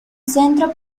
centro